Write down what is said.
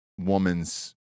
woman's